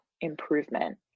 improvement